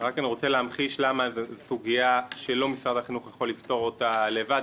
רק אני רוצה להמחיש למה זו סוגיה שלא משרד החינוך יכול לפתור אותה לבד,